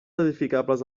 edificables